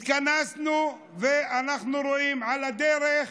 התכנסנו, ואנחנו רואים שעל הדרך